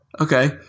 Okay